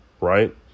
right